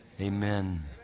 Amen